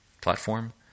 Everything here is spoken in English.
platform